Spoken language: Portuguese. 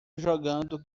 jogando